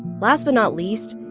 last but not least,